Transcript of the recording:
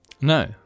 No